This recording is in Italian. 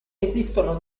esistono